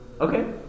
Okay